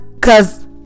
cause